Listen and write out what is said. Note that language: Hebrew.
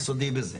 מה סודי בזה?